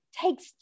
takes